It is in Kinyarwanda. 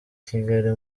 kigali